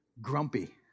grumpy